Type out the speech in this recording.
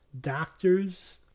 doctors